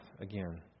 again